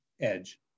edge